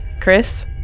Chris